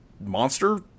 monster